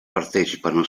partecipano